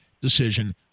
decision